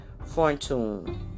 Fortune